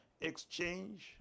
exchange